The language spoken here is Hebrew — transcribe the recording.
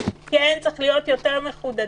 כן צריך להיות יותר מחודדים,